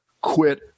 quit